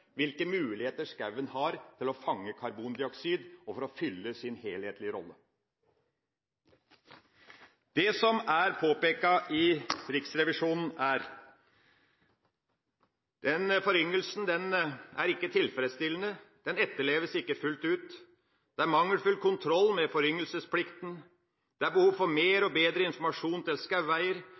hvilke muligheter skogen har til å fange karbondioksid og til å fylle sin helhetlige rolle. Det som er påpekt i Riksrevisjonens undersøkelse, er: Foryngelsen er ikke tilfredsstillende og etterleves ikke fullt ut, det er mangelfull kontroll med foryngelsesplikten, det er behov for mer og bedre informasjon til